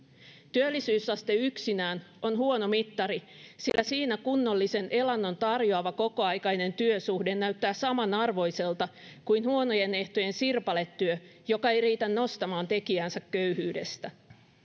työllisyysaste yksinään on huono mittari sillä siinä kunnollisen elannon tarjoava kokoaikainen työsuhde näyttää samanarvoiselta kuin huonojen ehtojen sirpaletyö joka ei riitä nostamaan tekijäänsä köyhyydestä